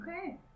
Okay